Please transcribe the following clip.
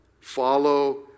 follow